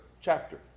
chapter